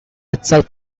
itself